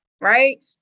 right